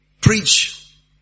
preach